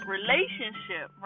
relationship